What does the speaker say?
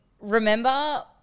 remember